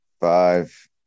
Five